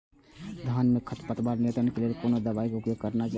धान में खरपतवार नियंत्रण के लेल कोनो दवाई के उपयोग करना चाही?